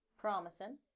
Promising